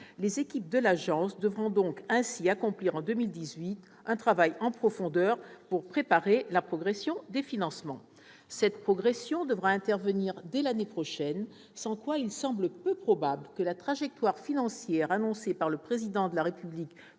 Les équipes de l'agence devront ainsi accomplir, en 2018, un travail en profondeur pour préparer la progression des financements. Cette augmentation devra intervenir dès l'année prochaine, sans quoi il semble peu probable que la trajectoire financière annoncée par le Président de la République